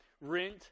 Rent